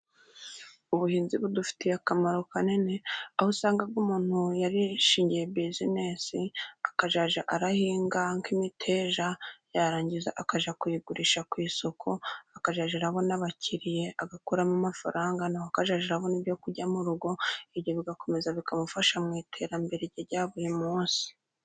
Ubuhinzi budufitiye akamaro kanini aho usanga umuntu yarishingiye bizinesi, akazajya ahinga nk'imiteja, yarangiza akajya kuyigurisha ku isoko akazajya abona abakiriya, agakora mu mafaranga na we akazajya abona ibyo kurya mu rugo, ibyo bigakomeza bikamufasha mu iterambere rye rya buri munsi.